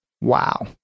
Wow